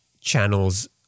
channels